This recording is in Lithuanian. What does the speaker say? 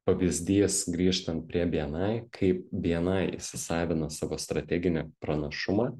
pavyzdys grįžtant prie bni kaip bni įsisavina savo strateginį pranašumą